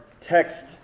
text